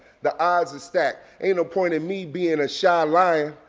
the odds are stacked. ain't no point of me being a shy liar.